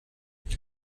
und